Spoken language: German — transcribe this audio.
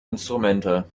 instrumente